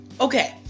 Okay